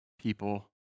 people